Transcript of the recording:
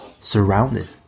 surrounded